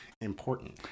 important